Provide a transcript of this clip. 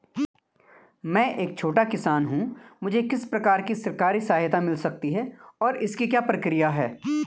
मैं एक छोटा किसान हूँ मुझे किस प्रकार की सरकारी सहायता मिल सकती है और इसकी क्या प्रक्रिया है?